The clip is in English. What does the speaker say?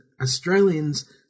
Australians